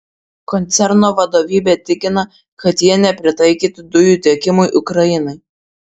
koncerno vadovybė tikina kad jie nepritaikyti dujų tiekimui ukrainai